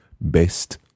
best